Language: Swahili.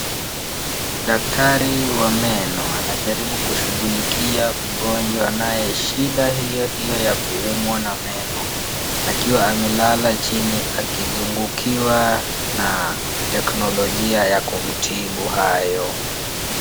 Daktari wa meno anajaribu kushughulikia mgonjwa anaye shida hiyo hiyo ya kuumwa na meno akiwa amelala chini akizungukiwa na teknolojia ya kumtibu hayo.